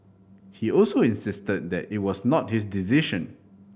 he also insisted that it was not his decision